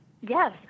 Yes